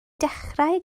dechrau